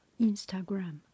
Instagram